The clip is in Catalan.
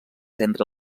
entre